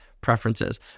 preferences